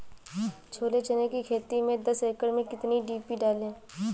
छोले चने की खेती में दस एकड़ में कितनी डी.पी डालें?